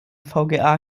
vga